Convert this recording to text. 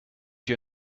you